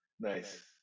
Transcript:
nice